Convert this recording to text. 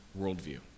worldview